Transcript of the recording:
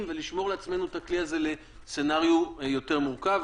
ולשמור לעצמנו את הכלי הזה לסצנריו יותר מורכב.